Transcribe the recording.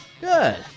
Good